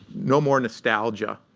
no more nostalgia.